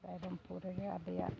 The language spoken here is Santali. ᱨᱟᱭᱨᱚᱝᱯᱩᱨ ᱨᱮᱜᱮ ᱟᱞᱮᱭᱟᱜ